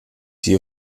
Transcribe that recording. sie